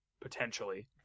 Potentially